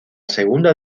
segunda